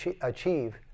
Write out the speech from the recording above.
achieve